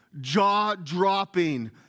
jaw-dropping